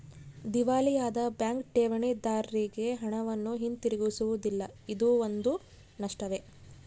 ದಿವಾಳಿಯಾದ ಬ್ಯಾಂಕ್ ಠೇವಣಿದಾರ್ರಿಗೆ ಹಣವನ್ನು ಹಿಂತಿರುಗಿಸುವುದಿಲ್ಲ ಇದೂ ಒಂದು ನಷ್ಟವೇ